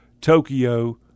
Tokyo